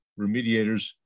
remediators